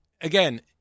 Again